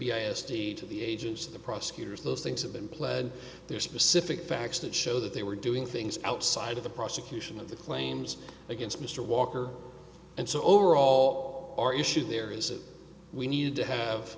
d to the agents of the prosecutors those things have been pled their specific facts that show that they were doing things outside of the prosecution of the claims against mr walker and so overall our issue there is that we need to have